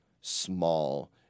small